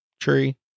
Tree